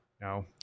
No